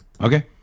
okay